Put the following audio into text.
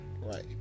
Right